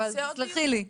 אבל תסלחי לי.